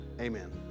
amen